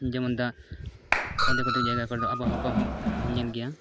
ᱡᱮᱢᱚᱱ ᱫᱟᱜ ᱚᱨᱫᱷᱮᱠ ᱚᱨᱫᱷᱮᱠ ᱡᱟᱭᱜᱟ ᱠᱚᱨᱮ ᱫᱚ ᱟᱵᱚᱦᱟᱣᱟ ᱠᱚᱦᱚᱸᱧ ᱧᱮᱞ ᱜᱮᱭᱟ